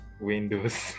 Windows